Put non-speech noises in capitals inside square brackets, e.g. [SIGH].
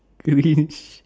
cringe [NOISE]